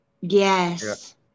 Yes